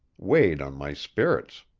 weighed on my spirits.